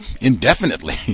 indefinitely